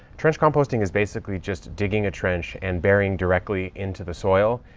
trench composting is basically just digging a trench and burying directly into the soil.